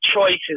choices